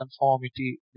conformity